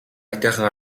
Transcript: аятайхан